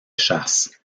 chasse